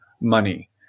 money